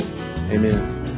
Amen